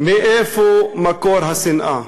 מה מקור השנאה?